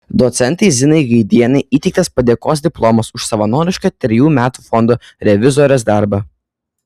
docentei zinai gaidienei įteiktas padėkos diplomas už savanorišką trejų metų fondo revizorės darbą